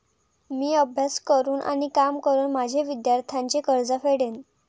मी अभ्यास करून आणि काम करून माझे विद्यार्थ्यांचे कर्ज फेडेन